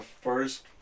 first